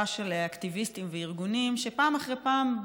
של אקטיביסטים וארגונים שפעם אחרי פעם,